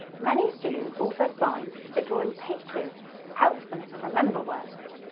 many students also find that drawing pictures helps them to remember words.